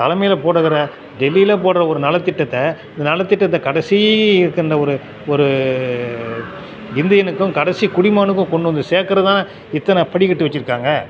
தலைமையில் போடுகிற டெல்லியில் போடுற ஒரு நலத்திட்டத்தை இந்த நலத்திட்டத்தை கடைசி இருக்கின்ற ஒரு ஒரு இந்தியனுக்கும் கடசி குடிமகனுக்கும் கொண்டு வந்து சேர்க்கறக்கு தானே இத்தனை படிக்கட்டு வச்சுருக்காங்க